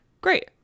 Great